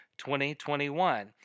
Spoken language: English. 2021